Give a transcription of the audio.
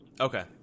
Okay